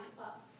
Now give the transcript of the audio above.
up